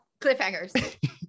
cliffhangers